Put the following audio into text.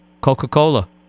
Coca-Cola